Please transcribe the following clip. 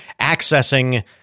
accessing